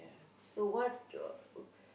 yeah so what uh